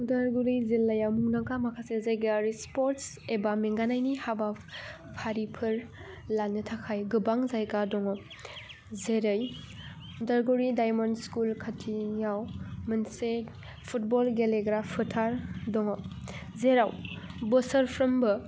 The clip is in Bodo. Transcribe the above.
उदालगुरि जिल्लायाव मुंदांखा माखासे जायगायारि स्पर्ट्स एबा मेंगानायनि हाबाफारिफोर लानो थाखाय गोबां जायगा दङ जेरै उदालगुरि डायम'न्ड स्कुल खाथिनियाव मोनसे फूटबल गेलेग्रा फोथार दङ जेराव बोसोरफ्रोमबो